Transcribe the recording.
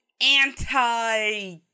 anti